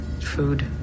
Food